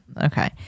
Okay